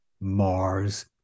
Mars